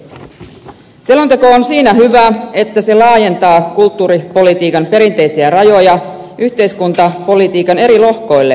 selonteko on siinä hyvä että se laajentaa kulttuuripolitiikan perinteisiä rajoja yhteiskuntapolitiikan eri lohkoille